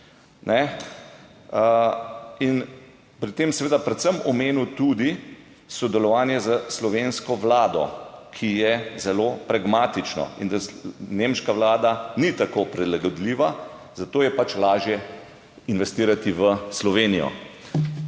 In pri tem seveda predvsem omenil tudi sodelovanje s slovensko vlado, ki je zelo pragmatično in da nemška vlada ni tako prilagodljiva, zato je pač lažje investirati **26.